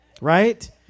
Right